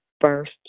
first